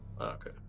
Okay